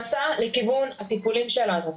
המסע לכיוון הטיפולים שלנו.